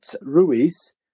Ruiz